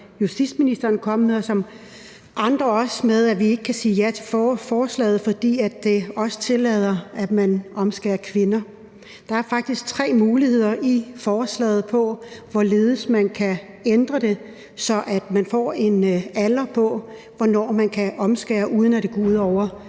justitsministeren nævnte, og som andre også nævnte, nemlig den med, at vi ikke kan sige ja til forslaget, fordi det også tillader, at man omskærer kvinder. Der er faktisk tre muligheder i forslaget for, hvorledes man kan ændre det, så man får en alder på, hvornår man kan omskære, uden det går ud over